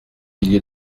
milieu